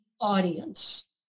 audience